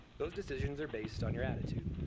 those decisions are based on your attitude